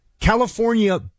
California